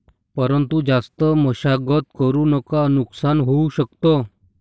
परंतु जास्त मशागत करु नका नुकसान होऊ शकत